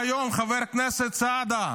חברי הכנסת בן ארי וסעדה,